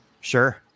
sure